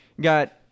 got